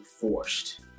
forced